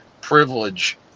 privilege